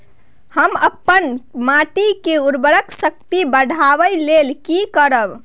हम अपन माटी के उर्वरक शक्ति बढाबै लेल की करब?